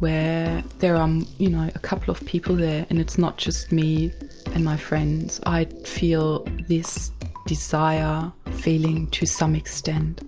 where there are, you know, a couple of people there and it's not just me and my friends, i feel this desire feeling to some extent.